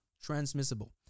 transmissible